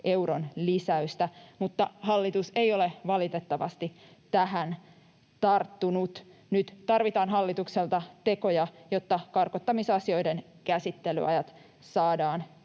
euron lisäystä, mutta hallitus ei ole valitettavasti tähän tarttunut. Nyt tarvitaan hallitukselta tekoja, jotta karkottamisasioiden käsittelyajat saadaan